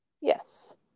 Yes